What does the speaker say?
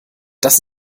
das